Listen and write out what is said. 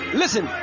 listen